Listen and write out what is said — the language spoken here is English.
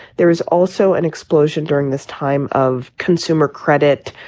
there is also an explosion during this time of consumer credit.